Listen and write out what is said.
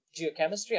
geochemistry